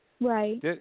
Right